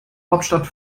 hauptstadt